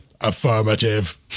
affirmative